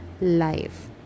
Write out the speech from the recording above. life